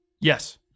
Yes